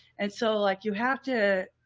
and so like you have to.